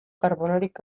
karbonorik